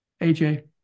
AJ